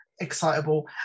excitable